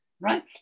Right